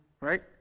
Right